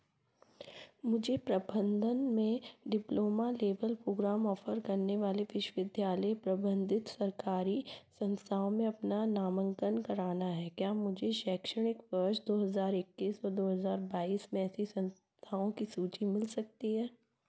मुझे प्रबंधन में डिप्लोमा लेबल प्रोग्राम ऑफ़र करने वाले विश्वविद्यालय प्रबंधित सरकारी संस्थाओं में अपना नामंकन कराना है क्या मुझे शैक्षणिक वर्ष दो हज़ार इक्कीस और दो हज़ार बाईस में ऐसी संस्थाओं की सूची मिल सकती है